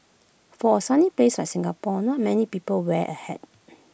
for A sunny place like Singapore not many people wear A hat